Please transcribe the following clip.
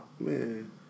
Man